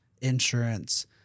insurance